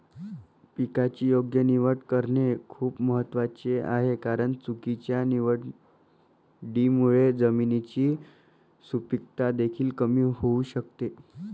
पिकाची योग्य निवड करणे खूप महत्वाचे आहे कारण चुकीच्या निवडीमुळे जमिनीची सुपीकता देखील कमी होऊ शकते